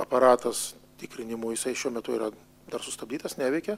aparatas tikrinimų jisai šiuo metu yra dar sustabdytas neveikia